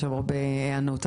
יש שם הרבה היענות,